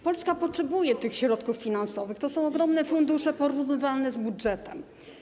Polska potrzebuje tych środków finansowych, to są ogromne fundusze, porównywalne z budżetem.